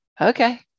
okay